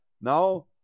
Now